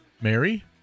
Mary